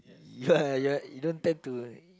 yeah you are you don't tend to